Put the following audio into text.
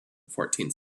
fourteenth